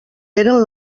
eren